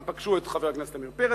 הם פגשו את חבר הכנסת עמיר פרץ,